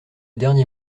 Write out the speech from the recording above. dernier